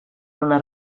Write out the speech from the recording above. una